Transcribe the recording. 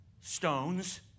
stones